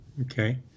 Okay